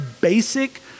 basic